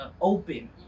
open